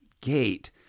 gate